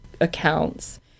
accounts